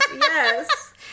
Yes